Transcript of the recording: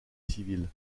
civile